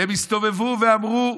והם הסתובבו ואמרו: